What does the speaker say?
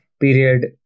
period